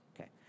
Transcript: Okay